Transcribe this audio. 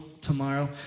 tomorrow